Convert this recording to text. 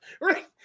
right